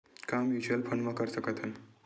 का mutual fund म कर सकत हन?